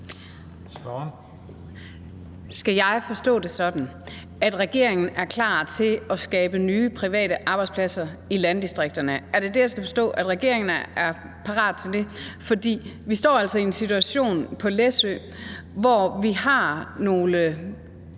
Skal jeg forstå det sådan, at regeringen er klar til at skabe nye private arbejdspladser i landdistrikterne? Er det det, jeg skal forstå, altså at regeringen er parat til det? For vi står altså i en situation, hvor man på Læsø har nogle